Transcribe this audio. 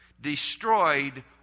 destroyed